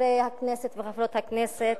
חברי הכנסת וחברות הכנסת,